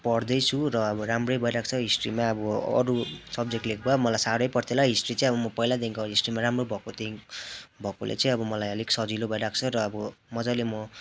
पढ्दैछु र अब राम्रै भइरहेको छ हिस्ट्रीमा अब अरू सब्जेक्ट लिएको भए मलाई साह्रै पर्थ्यो होला हिस्ट्री चाहिँ अब म पहिलादेखिको हिस्ट्रीमा राम्रो भएको त्यही भकोले चाहिँ अब मलाई अलिक सजिलो भइरहेको छ र अब मजाले म